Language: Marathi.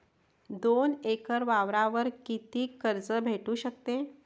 दोन एकर वावरावर कितीक कर्ज भेटू शकते?